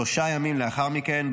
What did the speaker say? שלושה ימים לאחר מכן,